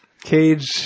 Cage